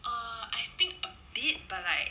err I think a bit but like